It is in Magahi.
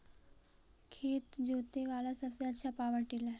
खेत जोते बाला सबसे आछा पॉवर टिलर?